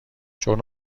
چون